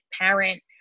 parent